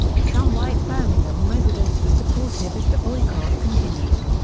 some white birmingham residents were supportive as the boycott continued.